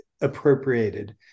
appropriated